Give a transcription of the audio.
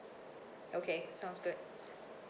okay sounds good